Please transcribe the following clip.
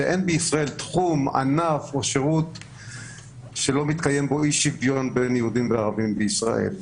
שאין בישראל תחום שלא מתקיים בו אי-שוויון בין יהודים לערבים בישראל.